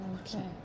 okay